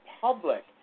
public